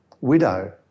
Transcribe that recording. widow